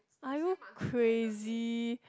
are you crazy